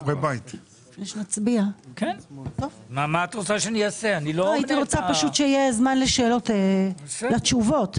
הייתי רוצה שיהיה זמן לתשובות.